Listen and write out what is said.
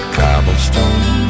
cobblestone